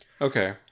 Okay